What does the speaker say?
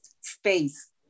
space